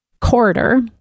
corridor